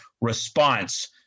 response